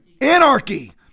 anarchy